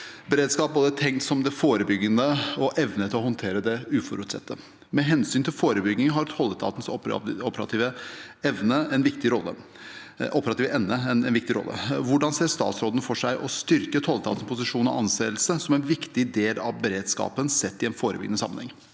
Beredskap er da både tenkt som det forebyggende arbeidet og evnen til å håndtere det utforutsette. Med hensyn til forebygging spiller Tolletatens operative evne en viktig rolle. Hvordan ser statsråden for seg å styrke Tolletatens posisjon og anseelse som en viktig del av beredskapen sett i en forebyggende sammenheng?»